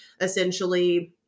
essentially